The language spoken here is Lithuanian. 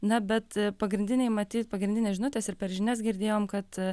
na bet pagrindiniai matyt pagrindinė žinutės ir per žinias girdėjom kad